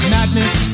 Madness